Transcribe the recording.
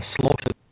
slaughtered